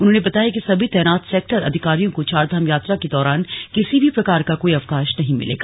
उन्होंने बताया कि सभी तैनात सेक्टर अधिकारियों को चारधाम यात्रा के दौरान किसी भी प्रकार का कोई अवकाश नहीं मिलेगा